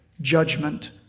judgment